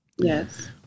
Yes